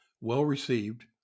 well-received